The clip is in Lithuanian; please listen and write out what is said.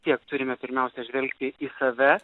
tiek turime pirmiausia žvelgti į save